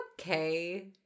okay